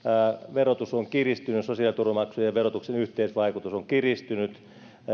verotus on kiristynyt sosiaaliturvamaksujen ja verotuksen yhteisvaikutus on kiristynyt